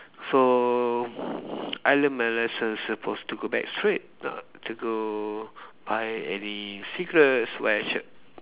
so I learnt my lesson supposed to go back straight not to go buy any cigarettes when I should